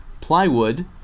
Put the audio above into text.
plywood